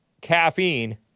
caffeine